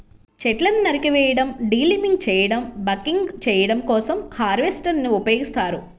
చెట్లను నరికివేయడం, డీలింబింగ్ చేయడం, బకింగ్ చేయడం కోసం హార్వెస్టర్ ని ఉపయోగిస్తారు